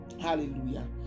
Hallelujah